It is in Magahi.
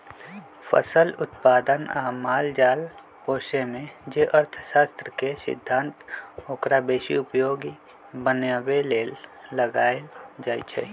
फसल उत्पादन आ माल जाल पोशेमे जे अर्थशास्त्र के सिद्धांत ओकरा बेशी उपयोगी बनाबे लेल लगाएल जाइ छइ